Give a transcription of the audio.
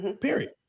period